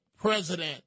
president